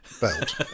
belt